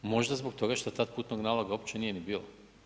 Možda zbog toga što tad putnog naloga uopće nije ni bilo.